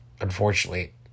unfortunately